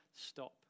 stop